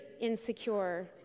insecure